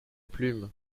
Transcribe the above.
plume